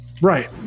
Right